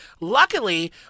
Luckily